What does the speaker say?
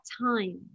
time